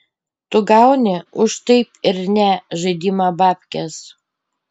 tu gauni už taip ir ne žaidimą bapkes